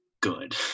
good